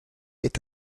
est